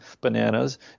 bananas